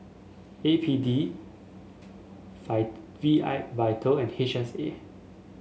A P D V I Vital and H S A